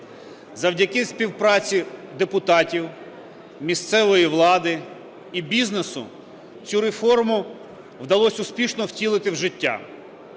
Завдяки співпраці депутатів місцевої влади і бізнесу цю реформу вдалося успішно втілити в життя.